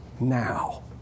now